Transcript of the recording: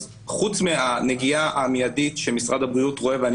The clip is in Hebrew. אז חוץ מהנגיעה המיידית שמשרד הבריאות רואה ואני